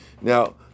Now